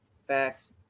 Facts